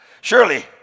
Surely